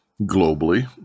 Globally